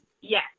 Yes